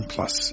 Plus